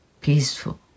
peaceful